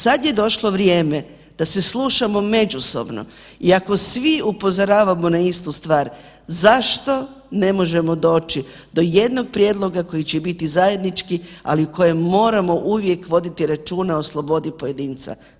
Sad je došlo vrijeme da se slušamo međusobno i ako svi upozoravamo na istu stvar zašto ne možemo doći do jednog prijedlog koji će biti zajednički, ali o kojem moramo uvijek voditi računa o slobodi pojedinca.